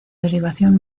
derivación